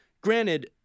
granted